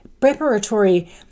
preparatory